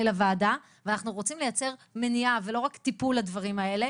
לוועדה ואנחנו רוצות לייצר מניעה ולא רק טיפול לדברים האלה.